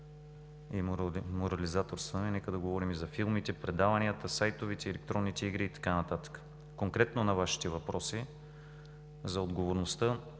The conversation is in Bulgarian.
и морализаторстваме, нека да говорим за филмите, предаванията, сайтовете, електронните игри и така нататък. Конкретно на Вашите въпроси за отговорността